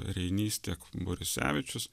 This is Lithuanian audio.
reinys tiek borisevičius